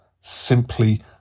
simply